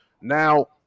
Now